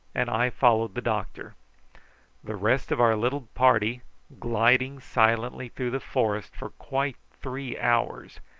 and i followed the doctor the rest of our little party gliding silently through the forest for quite three hours,